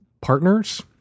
partners